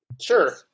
Sure